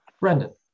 Brendan